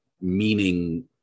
meaning